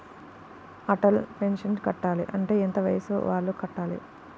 Atal pension కట్టాలి అంటే ఎంత వయసు వాళ్ళు కట్టాలి?